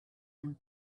and